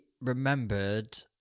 remembered